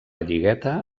lligueta